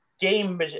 game